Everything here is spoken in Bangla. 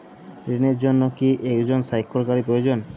ঋণের জন্য কি একজন স্বাক্ষরকারী প্রয়োজন?